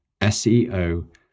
SEO